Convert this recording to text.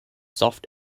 soft